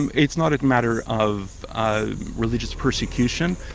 and it's not a matter of of religious persecution,